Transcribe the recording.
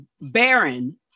baron